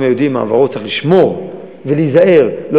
העם היהודי עם עברו צריך לשמור ולהיזהר לא